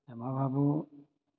ভাবোঁ